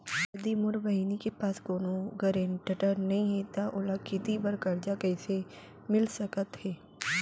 यदि मोर बहिनी के पास कोनो गरेंटेटर नई हे त ओला खेती बर कर्जा कईसे मिल सकत हे?